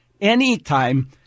anytime